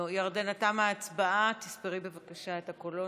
ירדנה, תמה ההצבעה, תספרי בבקשה את הקולות.